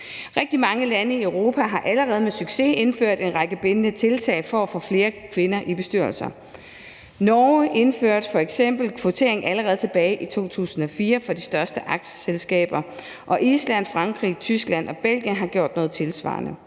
Rigtig mange lande i Europa har med succes allerede indført en række bindende tiltag for at få flere kvinder i bestyrelser. Norge indførte f.eks. kvotering allerede tilbage i 2004 for de største aktieselskaber, og Island, Frankrig, Tyskland og Belgien har gjort noget tilsvarende.